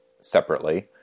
separately